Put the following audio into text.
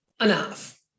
enough